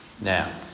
Now